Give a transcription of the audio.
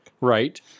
Right